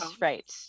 right